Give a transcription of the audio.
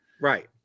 Right